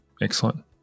excellent